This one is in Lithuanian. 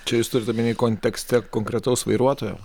čia jūs turit omeny kontekste konkretaus vairuotojo